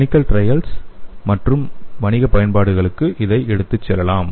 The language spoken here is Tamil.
கிளினிகல் டிரையல் மற்றும் வணிக பயன்பாடுகளுக்கு இதை எடுத்துச் செல்லலாம்